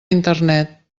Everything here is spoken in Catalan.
internet